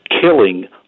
killing